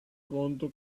conto